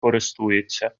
користується